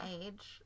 age